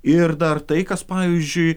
ir dar tai kas pavyzdžiui